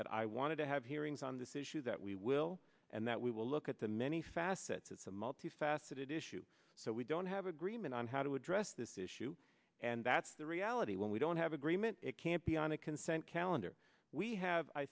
that i wanted to have hearings on this issue that we will and that we will look at the many facets it's a multifaceted issue so we don't have agreement on how to address this issue and that's the reality when we don't have agreement it can't be on a consent calendar we have i